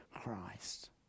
Christ